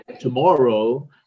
tomorrow